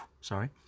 Sorry